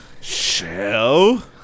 Shell